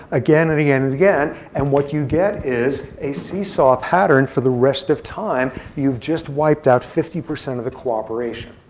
again and again and again. and what you get is a seesaw pattern for the rest of time. you've just wiped out fifty percent of the cooperation.